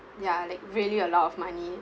ya like really a lot of money